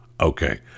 Okay